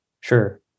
Sure